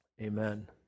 amen